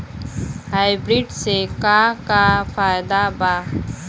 Hybrid से का का फायदा बा?